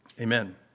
Amen